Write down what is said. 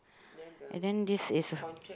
and then this is